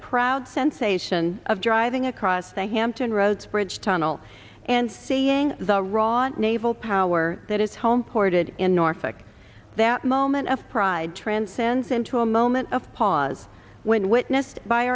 proud sensation of driving across the hampton roads bridge tunnel and seeing the wrought naval power that is home ported in norfolk that moment of pride transcends into a moment of pause when witnessed by